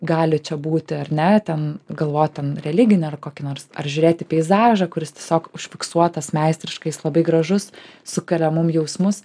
gali čia būti ar ne ten galvot ten religinį ar kokį nors ar žiūrėti peizažą kuris tiesiog užfiksuotas meistriškai jis labai gražus sukelia mum jausmus